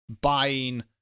buying